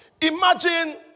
Imagine